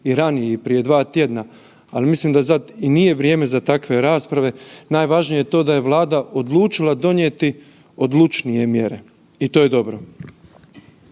i ranije, prije 2 tjedna. Ali, mislim da sad i nije vrijeme za takve rasprave, najvažnije je to da je Vlada odlučila donijeti odlučnije mjere i to je dobro.